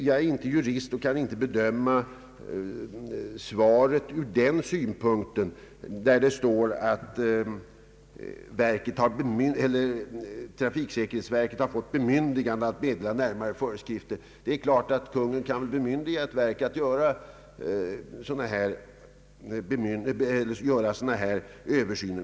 Jag är inte jurist och kan inte bedöma svaret från juridisk synpunkt när där står att »trafiksäkerhetsverket har bemyndigats meddela närmare bestämmelser». Det är klart att Kungl. Maj:t kan bemyndiga ett verk att göra en sådan här översyn.